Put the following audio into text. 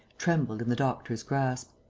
trembled in the doctor's grasp.